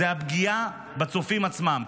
זה הפגיעה בצופים עצמם.